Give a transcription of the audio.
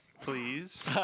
please